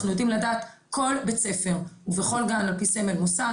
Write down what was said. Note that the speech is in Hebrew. אנחנו יודעים לדעת כל בית ספר ובכל גן על פי סמל מוסד,